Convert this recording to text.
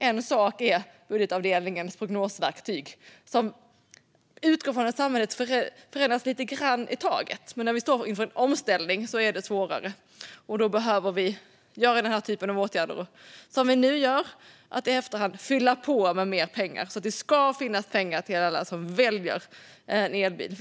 En sådan är budgetavdelningens prognosverktyg, som utgår från att samhället förändras lite grann i taget. Men när vi står inför en omställning är det svårare. Då behöver vi vidta den typ av åtgärder som vi nu gör, att efter hand fylla på med mer pengar, så att det ska finnas pengar till alla som väljer en elbil.